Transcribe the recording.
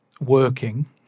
working